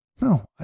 no